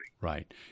Right